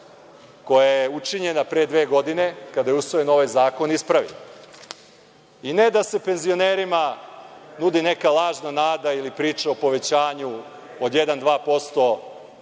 koja je učinjena pre dve godine kada je usvojen ovaj zakon ispravi. I ne da se penzionerima nudi neka lažna nada ili priča o povećanju od 1%